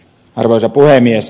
arvoisa puhemies